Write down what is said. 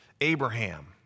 Abraham